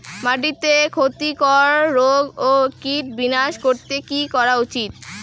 মাটিতে ক্ষতি কর রোগ ও কীট বিনাশ করতে কি করা উচিৎ?